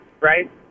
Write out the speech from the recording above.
right